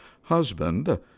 husband